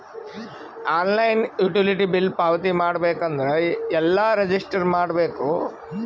Online utility bill ಪಾವತಿ ಮಾಡಬೇಕು ಅಂದ್ರ ಎಲ್ಲ ರಜಿಸ್ಟರ್ ಮಾಡ್ಬೇಕು?